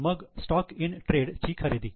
मग stock in trade ची खरेदी